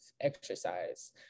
exercise